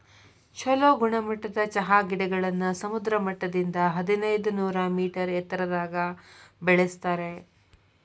ಚೊಲೋ ಗುಣಮಟ್ಟದ ಚಹಾ ಗಿಡಗಳನ್ನ ಸಮುದ್ರ ಮಟ್ಟದಿಂದ ಹದಿನೈದನೂರ ಮೇಟರ್ ಎತ್ತರದಾಗ ಬೆಳೆಸ್ತಾರ